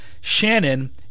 Shannon